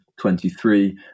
23